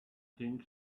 thing